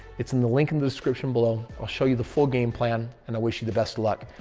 it's in the link in the description below. i'll show you the full game plan and i wish you the best of luck.